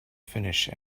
finish